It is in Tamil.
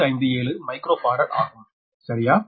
157 மைக்ரோ பாரட் ஆகும் சரியா